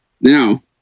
Now